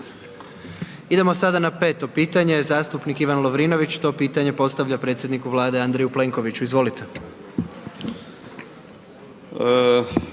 Idemo sada na 5. pitanje, zastupnik Ivan Lovrinović, to pitanje postavlja predsjedniku Vlade, Andreju Plenkoviću, izvolite.